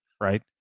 Right